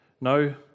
No